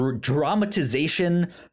dramatization